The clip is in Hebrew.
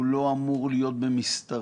הוא לא אמור להיות במסתרים,